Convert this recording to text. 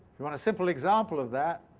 you want a simple example of that?